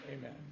amen